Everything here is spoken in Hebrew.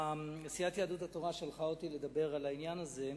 סיעת יהדות התורה שלחה אותי לדבר על העניין הזה.